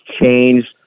changed